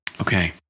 Okay